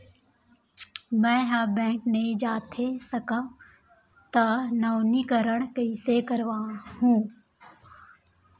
मैं ह बैंक नई जाथे सकंव त नवीनीकरण कइसे करवाहू?